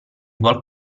vuol